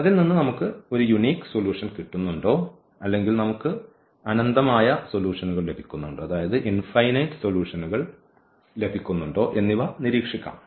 അതിൽനിന്ന് നമുക്ക് ഒരു യൂണിക് സൊല്യൂഷൻ കിട്ടുന്നുണ്ടോ അല്ലെങ്കിൽ നമുക്ക് അനന്തമായ സൊല്യൂഷൻകൾ ലഭിക്കുന്നുണ്ടോ എന്നിവ നിരീക്ഷിക്കാം